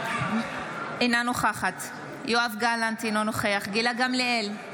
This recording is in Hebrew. אינה נוכחת יואב גלנט, אינו נוכח גילה גמליאל,